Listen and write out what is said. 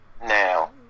Now